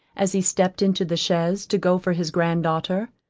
as he stepped into the chaise to go for his grand-daughter,